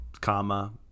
Comma